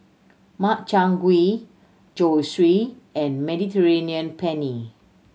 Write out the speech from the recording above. Makchang Gui Zosui and Mediterranean Penne